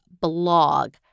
blog